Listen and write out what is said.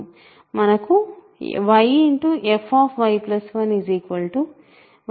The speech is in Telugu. మనకు yfy1 yppyp 1pC2yp 2